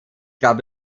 gab